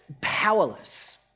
powerless